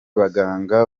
baganga